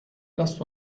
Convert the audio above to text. lasst